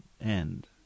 end